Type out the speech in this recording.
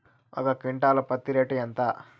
ఒక క్వింటాలు పత్తి రేటు ఎంత?